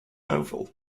oval